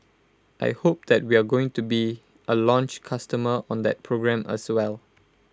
I hope that we're going to be A launch customer on that program as well